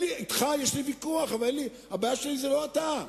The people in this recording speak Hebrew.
אתך יש לי ויכוח, אבל הבעיה שלי היא לא אתה.